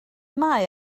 mae